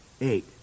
Eight